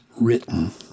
written